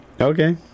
okay